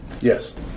Yes